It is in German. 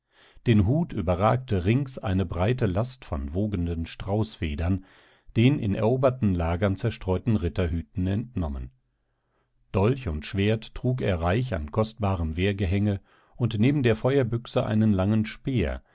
den hut überragte rings eine breite last von wogenden straußfedern den in eroberten lagern zerstreuten ritterhüten entnommen dolch und schwert trug er reich an kostbarem wehrgehänge und neben der feuerbüchse einen langen speer